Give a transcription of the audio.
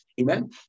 Amen